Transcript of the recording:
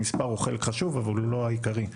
המספר הוא חלק חשוב אבל הוא לא העיקרי.